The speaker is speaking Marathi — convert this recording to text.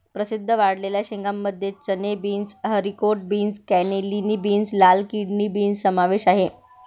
प्रसिद्ध वाळलेल्या शेंगांमध्ये चणे, beans, haricot beans, cannellini beans, लाल किडनी बीन्स समावेश आहे